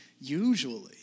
usually